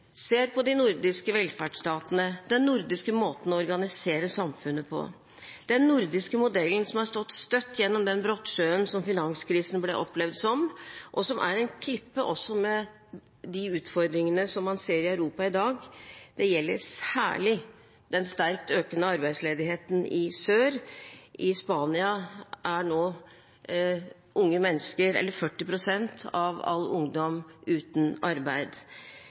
ser på de nordiske velferdsstatene, den nordiske måten å organisere samfunnet på. Den nordiske modellen har stått støtt gjennom den brottsjøen som finanskrisen ble opplevd som, og er en klippe også med de utfordringene som man ser i Europa i dag. Det gjelder særlig den sterkt økende arbeidsledigheten i sør. I Spania er nå 40 pst. av all ungdom uten arbeid.